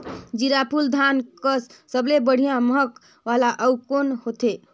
जीराफुल धान कस सबले बढ़िया महक वाला अउ कोन होथै?